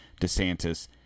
DeSantis